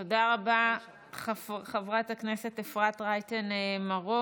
9:00 9:30. תודה רבה, חברת הכנסת אפרת רייטן מרום.